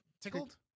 Tickled